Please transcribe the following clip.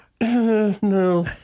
no